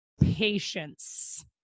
patience